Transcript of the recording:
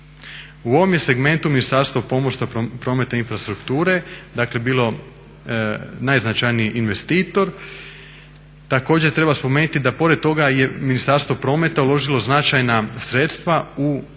U ovom je segmentu Ministarstvo pomorstva, prometa i infrastrukture dakle bilo najznačajniji investitor. Također, treba spomenuti da pored toga je Ministarstvo prometa uložilo značajna sredstva u luke od